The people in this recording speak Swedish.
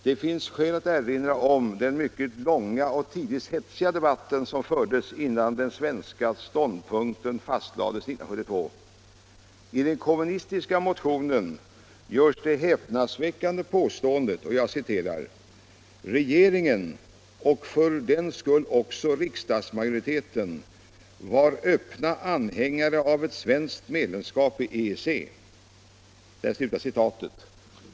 Det finns skäl att erinra om den mycket långa och tidvis hetsiga debatt som fördes innan den svenska ståndpunkten fastlades 1972. I den kommunistiska motionen görs det häpnadsväckande påståendet att ”regeringen — och för den skull också riksdagsmajoriteten — var öppna anhängare av ett svenskt medlemskap i EEC”.